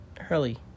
hurley